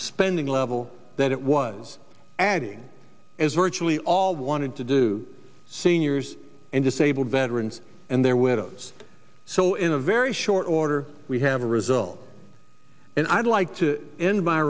spending level that it was adding as virtually all wanted to do seniors and disabled veterans and their widows so in a very short order we have a result and i'd like to end my